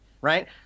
Right